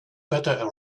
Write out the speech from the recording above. better